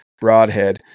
broadhead